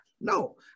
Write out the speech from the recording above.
No